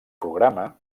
programa